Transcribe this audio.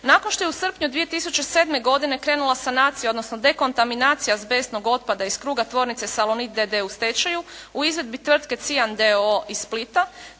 Nakon što je u srpnju 2007. godine krenula sanacija, odnosno dekontaminacija azbestnog otpada iz kruga tvornice Salonit d.d. u stečaju u izvedbi tvrtke Cian d.o.o. iz Splita,